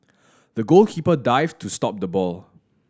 the goalkeeper dived to stop the ball